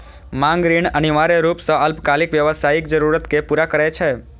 मांग ऋण अनिवार्य रूप सं अल्पकालिक व्यावसायिक जरूरत कें पूरा करै छै